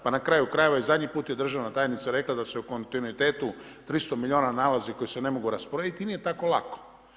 Pa na kraju krajeva i zadnji put je državna tajnica rekla da su u kontinuiteta 300 milijuna nalazi koje se ne mogu rasporediti i nije tako lako.